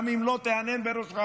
גם אם לא תהנהן בראשך.